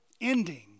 ending